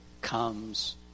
comes